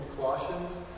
Colossians